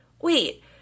Wait